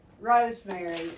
rosemary